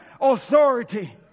authority